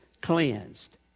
cleansed